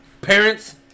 parents